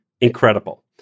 incredible